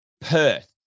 Perth